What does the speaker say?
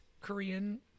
Korean